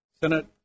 Senate